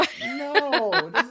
No